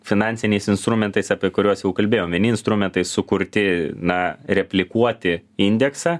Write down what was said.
finansiniais instrumentais apie kuriuos jau kalbėjom vieni instrumentai sukurti na replikuoti indeksą